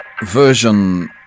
version